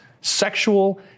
sexual